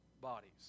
bodies